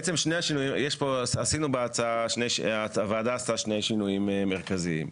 בעצם, הוועדה עשתה בהצעה שני שינויים מרכזיים.